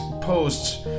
posts